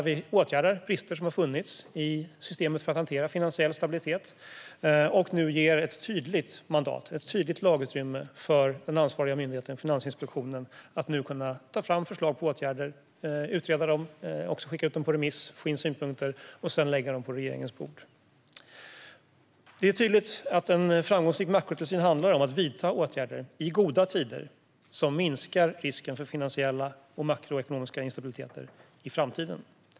Vi åtgärdar nu brister som har funnits i systemet för att hantera finansiell stabilitet och ger ett tydligt lagutrymme för den ansvariga myndigheten, Finansinspektionen, att kunna ta fram förslag till åtgärder, utreda dem, remittera dem för att få in synpunkter och sedan lägga dem på regeringens bord. Det är tydligt att en framgångsrik makrotillsyn handlar om att vidta åtgärder i goda tider som minskar risken för finansiell och makroekonomisk instabilitet i framtiden.